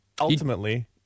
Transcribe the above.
ultimately